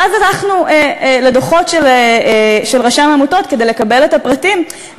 ואז הלכנו לדוחות של רשם העמותות כדי לקבל את הפרטים,